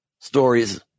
stories